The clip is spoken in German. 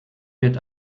wird